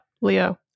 Leo